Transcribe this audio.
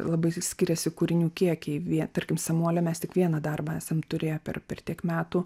labai skiriasi kūrinių kiekiai vien tarkim samuolio mes tik vieną darbą esam turėję per per tiek metų